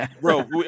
Bro